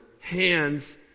hands